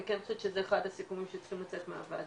אני כן חושבת שזה אחד הסיכומים שצריכים לצאת מהוועדה.